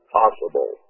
possible